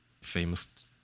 famous